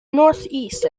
northeast